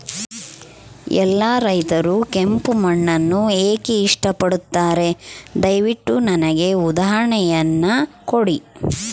ಎಲ್ಲಾ ರೈತರು ಕೆಂಪು ಮಣ್ಣನ್ನು ಏಕೆ ಇಷ್ಟಪಡುತ್ತಾರೆ ದಯವಿಟ್ಟು ನನಗೆ ಉದಾಹರಣೆಯನ್ನ ಕೊಡಿ?